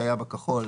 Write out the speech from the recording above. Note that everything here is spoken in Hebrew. שהיה בכחול,